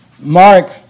Mark